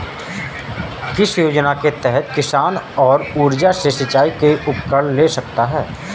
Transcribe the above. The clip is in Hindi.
किस योजना के तहत किसान सौर ऊर्जा से सिंचाई के उपकरण ले सकता है?